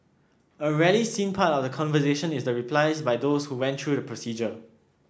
a rarely seen part of the conversation is the replies by those who went through the procedure